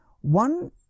one